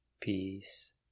peace